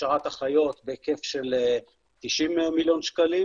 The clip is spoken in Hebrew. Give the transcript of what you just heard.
הכשרת אחיות, בהיקף של 90 מיליון שקלים,